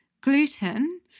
Gluten